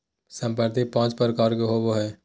संपत्ति पांच प्रकार के होबो हइ